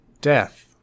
death